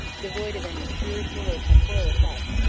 devoid of any spiritual or temporal effects,